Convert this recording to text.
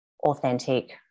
authentic